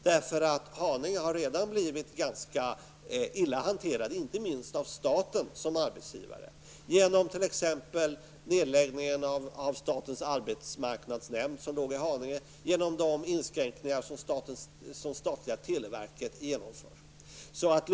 Haninge har nämligen redan blivit ganska illa hanterat, inte minst av staten som arbetsgivare, genom t.ex. nedläggningen av statens arbetsmarknadsnämnd som låg i Haninge och de inskränkningar som det statliga televerket genomfört.